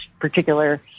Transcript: particular